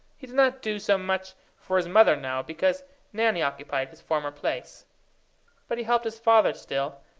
he did not do so much for his mother now, because nanny occupied his former place but he helped his father still,